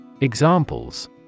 Examples